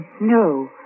No